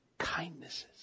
kindnesses